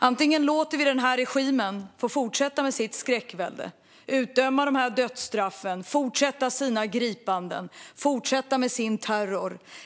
Antingen låter vi regimen fortsätta med sitt skräckvälde, sina dödsstraff, sina gripanden och sin terror.